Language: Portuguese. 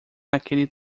naquele